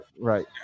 right